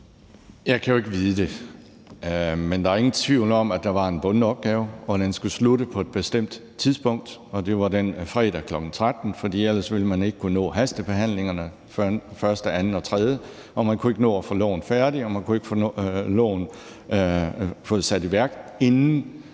Jeg kan jo ikke vide det, men der er ingen tvivl om, at der var en bunden opgave, og at den skulle slutte på et bestemt tidspunkt, og det var den fredag kl. 13.00, for ellers ville man ikke kunne nå hastebehandlingerne, altså første-, anden- og tredjebehandlingen, og man kunne ikke nå at få loven færdig, og man kunne ikke nå at få loven sat i værk inden